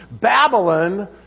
Babylon